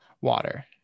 Water